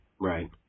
Right